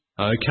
Okay